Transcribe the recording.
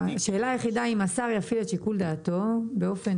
השאלה היחידה היא אם השר יפעיל את שיקול דעתו באופן